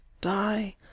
die